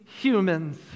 humans